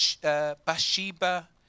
Bathsheba